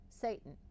Satan